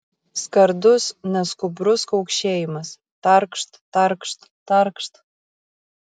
skardus neskubrus kaukšėjimas tarkšt tarkšt tarkšt